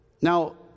Now